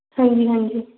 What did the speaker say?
हां जी हां जी